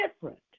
different